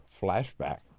flashback